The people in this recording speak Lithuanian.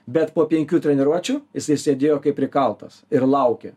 bet po penkių treniruočių jisai sėdėjo kaip prikaltas ir laukė